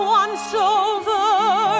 once-over